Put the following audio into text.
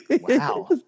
Wow